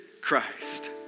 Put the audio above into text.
Christ